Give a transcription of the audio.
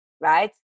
Right